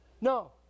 No